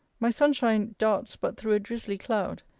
my sun-shine darts but through a drizly cloud.